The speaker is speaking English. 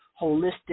holistic